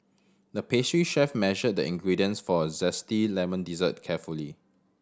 the pastry chef measured the ingredients for a zesty lemon dessert carefully